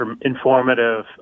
informative